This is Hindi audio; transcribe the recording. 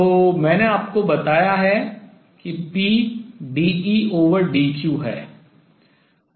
तो मैंने आपको बताया है कि p dEdq है